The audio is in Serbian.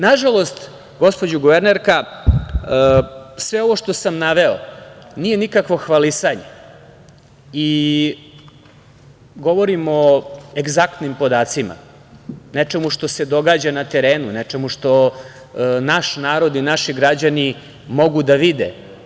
Nažalost, gospođo guvernerka, sve ovo što sam naveo nije nikakvo hvalisanje i govorimo o egzaktnim podacima, nečemu što se događa na terenu, nečemu što naš narod i naši građani mogu da vide.